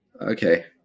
Okay